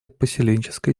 поселенческой